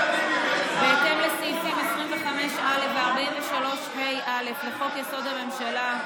בהתאם לסעיפים 25(א) ו-43ה(א) לחוק-יסוד: הממשלה,